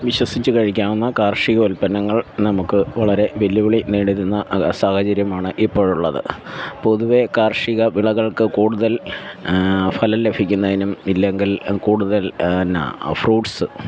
വിശ്വസിച്ചു കഴിക്കാവുന്ന കാർഷിക ഉൽപ്പന്നങ്ങൾ നമുക്ക് വളരെ വെല്ലുവിളി നേടിരുന്ന സാഹചര്യമാണ് ഇപ്പോഴുള്ളത് പൊതുവെ കാർഷിക വിളകൾക്ക് കൂടുതൽ ഫലം ലഭിക്കുന്നതിനും ഇല്ലെങ്കിൽ കൂടുതൽ ഫ്രൂട്ട്സ്